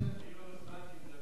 אני לא הוזמנתי לדבר, אני מאוד כועס.